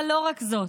אבל לא רק זאת,